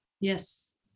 Yes